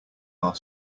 our